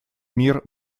мир